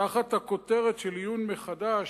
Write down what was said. תחת הכותרת של עיון מחדש,